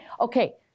okay